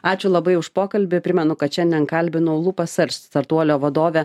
ačiū labai už pokalbį primenu kad šiandien kalbinau lupasearch startuolio vadovę